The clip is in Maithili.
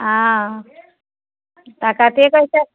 ओ आ कतेक पैसा